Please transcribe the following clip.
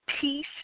peace